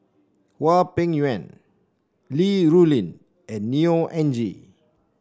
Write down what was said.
Hwang Peng Yuan Li Rulin and Neo Anngee